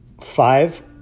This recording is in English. Five